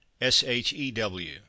S-H-E-W